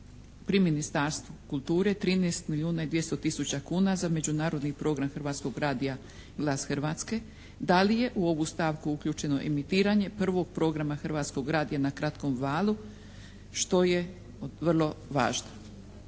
pri Ministarstvu kulture 13 milijuna i 200 tisuća kuna za Međunarodni program Hrvatskog radija "Glas Hrvatske". Da li je u ovu stavku uključeno emitiranje 1. programa Hrvatskog radija na kratkom valu što je vrlo važno.